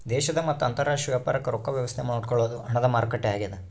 ದೇಶದ ಮತ್ತ ಅಂತರಾಷ್ಟ್ರೀಯ ವ್ಯಾಪಾರಕ್ ರೊಕ್ಕ ವ್ಯವಸ್ತೆ ನೋಡ್ಕೊಳೊದು ಹಣದ ಮಾರುಕಟ್ಟೆ ಆಗ್ಯಾದ